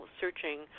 searching